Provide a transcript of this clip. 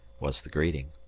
was the greeting.